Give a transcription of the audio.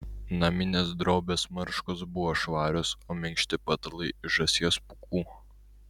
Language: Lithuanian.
naminės drobės marškos buvo švarios o minkšti patalai iš žąsies pūkų